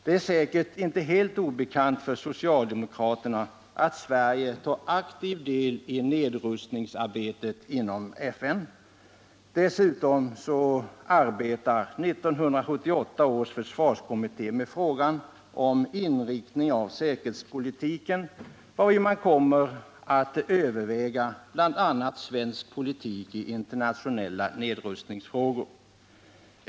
Det är säkert inte helt obekant för socialdemokraterna att Sverige tar aktiv del i nedrustningsarbetet inom FN. Dessutom arbetar 1978 års försvarskommitté med frågan om inriktningen av säkerhetspolitiken. Därvid kommer man att överväga bl.a. svensk politik i internationella nedrustningsfrågor.